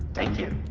thank you.